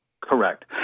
Correct